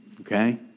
Okay